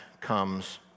comes